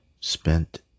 spent